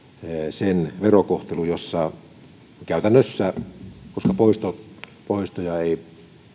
sen verokohtelussa käytännössä koska poistoja poistoja ei